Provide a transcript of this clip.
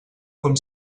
com